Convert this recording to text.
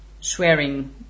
swearing